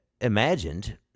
imagined